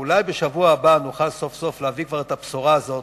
ואולי בשבוע הבא נוכל סוף-סוף להביא כבר את הבשורה הזאת,